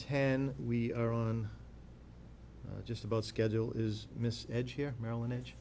ten we are on just about schedule is mr edge here maryland edge